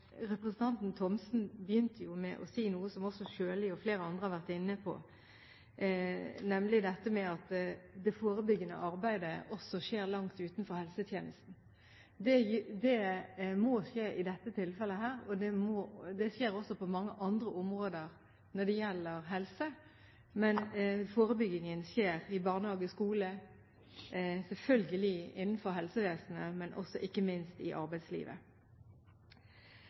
Representanten Thomsen begynte jo med å si noe som også Sjøli og flere andre har vært inne på, nemlig dette med at det forebyggende arbeidet også skjer langt utenfor helsetjenesten. Det må skje i dette tilfellet, og det skjer også på mange andre områder når det gjelder helse. Forebyggingen skjer i barnehage, skole, selvfølgelig innenfor helsevesenet, men også, ikke minst, i arbeidslivet.